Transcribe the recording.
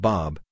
Bob